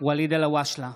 ואליד אלהואשלה,